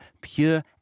pure